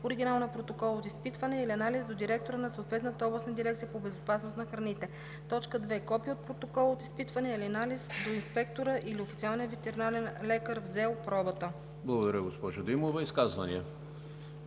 оригинал на протокола от изпитване или анализ до директора на съответната областната дирекция по безопасност на храните; 2. копие от протокола от изпитване или анализ до инспектора или официалния ветеринарен лекар, взел пробата.“ ПРЕДСЕДАТЕЛ ЕМИЛ ХРИСТОВ: Благодаря, госпожо Димова. Изказвания?